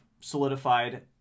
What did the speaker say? solidified